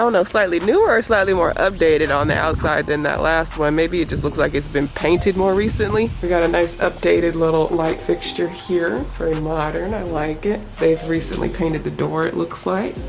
slightly newer or slightly more updated on the outside than that last one. maybe it just looks like it's been painted more recently. we've got a nice, updated little light fixture here. very modern, i like it. they've recently painted the door, it looks like.